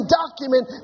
document